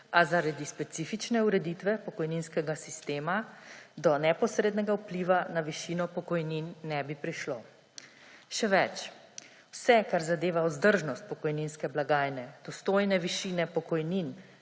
a zaradi specifične ureditve pokojninskega sistema do neposrednega vpliva na višino pokojnin ne bi prišlo. Še več; vse, kar zadeva vzdržnost pokojninske blagajne, dostojne višine pokojnin